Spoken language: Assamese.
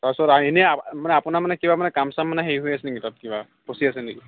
তাৰ পিছত আহিনেই মানে আপোনাৰ মানে কাম চাম মানে হেৰি হৈ আছে নেকি তাত কিবা ফচি আছে নেকি